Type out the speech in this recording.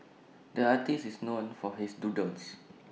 the artist is known for his doodles